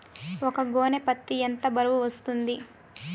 ఒక గోనె పత్తి ఎంత బరువు వస్తుంది?